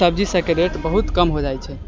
सब्जी सभक रेट बहुत कम हो जाइ छै